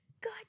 god